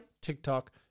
TikTok